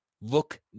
Look